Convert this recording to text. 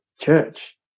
church